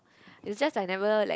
it's just I never like